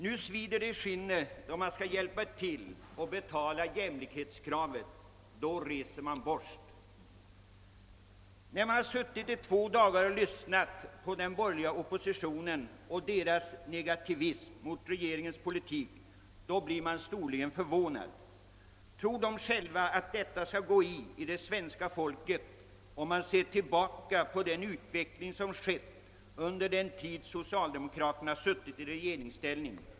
Nu svider det i skinnet då man skall hjälpa till och betala kravet på jämlikhet. Då reser man borst. När man suttit under två dagar och lyssnat på den borgerliga oppositionen och dess negativism mot regeringens politik, blir man storligen förvånad. Tror de borgerliga själva att detta skall gå i det svenska folket om man ser tillbaka på den utveckling som skett under den tid socialdemokraterna suttit i regeringsställning?